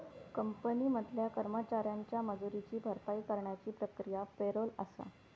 company मधल्या कर्मचाऱ्यांच्या मजुरीची भरपाई करण्याची प्रक्रिया पॅरोल आसा